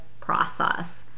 process